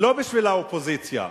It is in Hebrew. לא בשביל האופוזיציה,